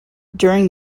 during